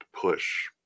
push